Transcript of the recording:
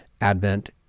advent